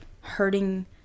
hurting